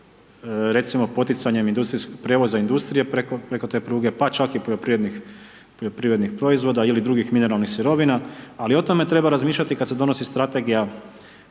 recimo poticanjem industrijskog prijevoza, industrije preko te pruge pa čak i poljoprivrednih proizvoda ili drugih mineralnih sirovina ali o tome treba razmišljati kad se donosi strategija